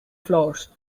flores